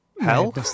Hell